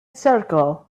circle